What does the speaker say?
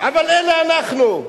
אבל כאלה אנחנו,